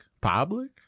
public